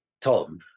Tom